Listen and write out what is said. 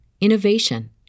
innovation